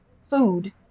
food